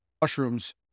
mushrooms